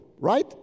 right